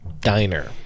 diner